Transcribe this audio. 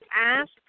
Ask